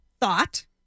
thought